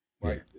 right